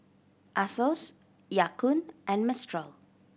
Asos Ya Kun and Mistral